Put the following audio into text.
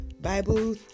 Bible